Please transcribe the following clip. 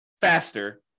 faster